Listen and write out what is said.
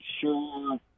sure